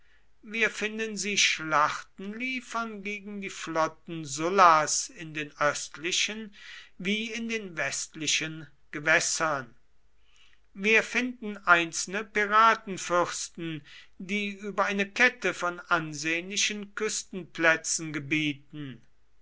wir finden sie schlachten liefern gegen die flotten sullas in den östlichen wie in den westlichen gewässern wir finden einzelne piratenfürsten die über eine kette von ansehnlichen küstenplätzen gebieten